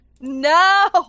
No